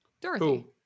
Dorothy